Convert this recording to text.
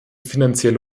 finanzielle